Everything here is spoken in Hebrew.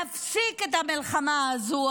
להפסיק את המלחמה הזאת,